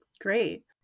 great